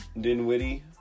Dinwiddie